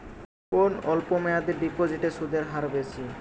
কোন অল্প মেয়াদি ডিপোজিটের সুদের হার বেশি?